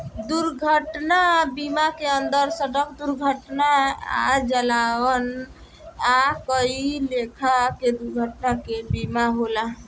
दुर्घटना बीमा के अंदर सड़क दुर्घटना आ जलावल आ कई लेखा के दुर्घटना के बीमा होला